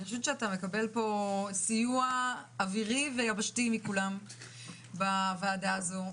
אני חושבת שאתה מקבל פה סיוע אווירי ויבשתי מכולם בוועדה הזאת.